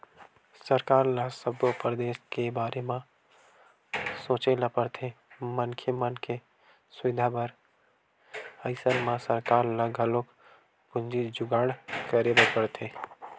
सरकार ल सब्बो परदेस के बारे म सोचे ल परथे मनखे मन के सुबिधा बर अइसन म सरकार ल घलोक पूंजी जुगाड़ करे बर परथे